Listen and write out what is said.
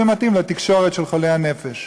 זה מתאים לתקשורת של חולי הנפש.